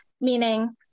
meaning